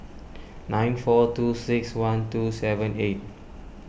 nine four two six one two seven eight